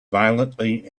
violently